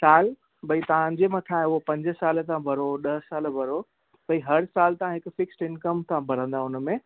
सालु भई तव्हांजे मथां आहे उहो पंज साल था भरो ॾह साल भरो भई हरु सालु तव्हां हिकु फ़िक्सड इंकम तव्हां भरंदा उन में